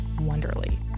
Wonderly